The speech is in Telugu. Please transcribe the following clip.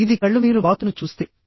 ఇది కళ్ళు మీరు బాతును చూస్తే